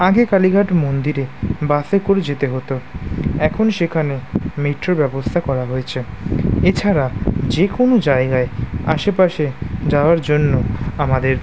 আগে কালীঘাট মন্দিরে বাসে করে যেতে হতো এখন সেখানে মেট্রোর ব্যবস্থা করা হয়েছে এছাড়া যে কোনো জায়গায় আশেপাশে যাওয়ার জন্য আমাদের